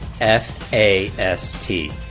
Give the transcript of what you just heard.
F-A-S-T